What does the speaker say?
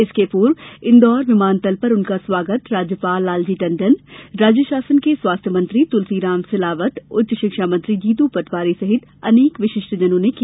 इसके पूर्व इंदौर विमानतल पर उनका स्वागत राज्यपाल लालजी टंडन राज्य शासन के स्वास्थ्य मंत्री तुलसीराम सिलावट उच्च शिक्षामंत्री जीतू पटवारी सहित अनेक विशिष्टजनों ने किया